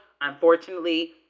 unfortunately